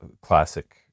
classic